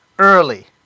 early